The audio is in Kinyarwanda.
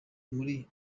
muri